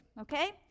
okay